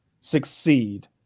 succeed